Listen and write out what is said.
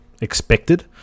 expected